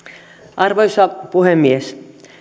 arvoisa puhemies